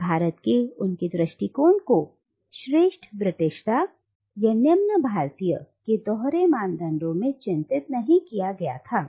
और भारत के उनके दृष्टिकोण को श्रेष्ठ ब्रिटिशता या निम्न भारतीय के दोहरे मानदंडों में चिन्हित नहीं किया गया था